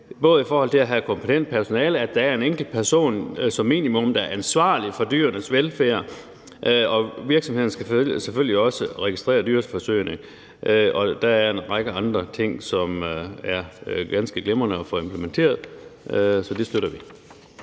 både i forhold til at have kompetent personale og at der som minimum er en enkelt person, der er ansvarlig for dyrenes velfærd. Virksomhederne skal selvfølgelig også registrere dyreforsøgene, og der er en række andre ting, som er ganske glimrende at få implementeret, så det støtter vi.